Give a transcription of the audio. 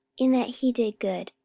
in that he did good,